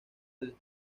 del